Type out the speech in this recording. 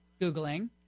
Googling